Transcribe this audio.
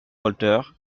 walter